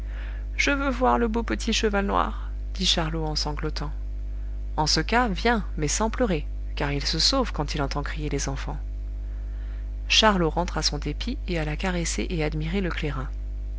je veux voir le beau petit cheval noir dit charlot en sanglotant en ce cas viens mais sans pleurer car il se sauve quand il entend crier les enfants charlot rentra son dépit et alla caresser et admirer le clairin